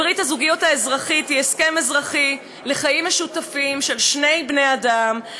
ברית הזוגיות האזרחית היא הסכם אזרחי לחיים משותפים של שני בני-אדם,